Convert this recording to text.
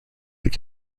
that